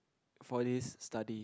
for this study